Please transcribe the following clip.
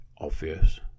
obvious